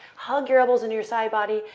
hug your elbows into your side body,